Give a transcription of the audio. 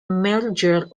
merger